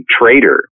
traitor